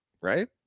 right